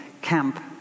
camp